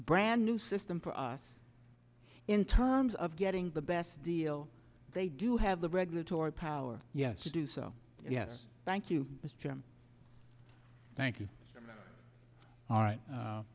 brand new system for us in terms of getting the best deal they do have the regulatory power yes to do so yes thank you jim thank you all right